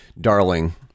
darling